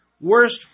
worst